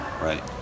Right